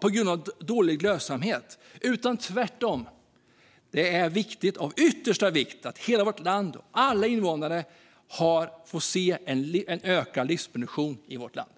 på grund av dålig lönsamhet, så som händer i dag. Det är av yttersta vikt att alla invånare tvärtom får se en ökad livsmedelsproduktion i hela vårt land.